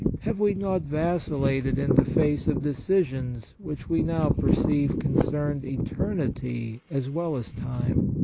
have we not vacillated in the face of decisions which we now perceive concerned eternity as well as time?